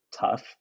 tough